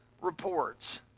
reports